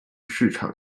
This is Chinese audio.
市场